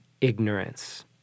ignorance